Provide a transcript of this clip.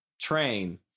train